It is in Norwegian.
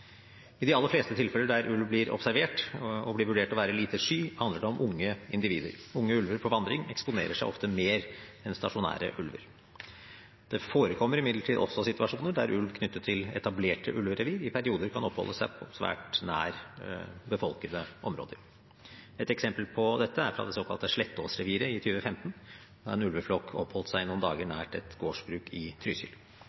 I de aller fleste tilfeller der ulv blir observert og vurdert til å være lite sky, handler det om unge individer. Unge ulver på vandring eksponerer seg ofte mer enn stasjonære ulver. Det forekommer imidlertid også situasjoner der ulv knyttet til etablerte ulverevir i perioder kan oppholde seg svært nær befolkede områder. Et eksempel på dette er fra det såkalte Slettåsreviret i 2015, da en ulveflokk oppholdt seg noen dager